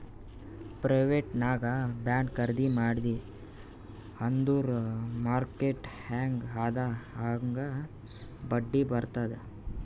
private native bond ಖರ್ದಿ ಮಾಡಿದಿ ಅಂದುರ್ ಮಾರ್ಕೆಟ್ ಹ್ಯಾಂಗ್ ಅದಾ ಹಾಂಗ್ ಬಡ್ಡಿ ಬರ್ತುದ್